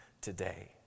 today